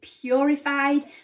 purified